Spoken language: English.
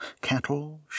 cattle